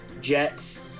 Jets